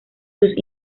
sus